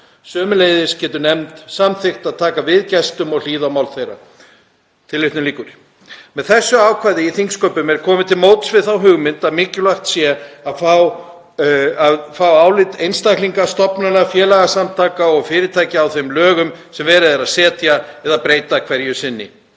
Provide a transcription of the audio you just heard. Sömuleiðis getur nefnd samþykkt að taka við gestum og hlýða á mál þeirra.“ Með þessu ákvæði í þingsköpum er komið til móts við þá hugmynd að mikilvægt sé að fá álit einstaklinga, stofnana, félagasamtaka og fyrirtækja á þeim lögum sem verið er að setja eða breyta hverju sinni.